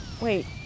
Wait